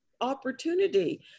opportunity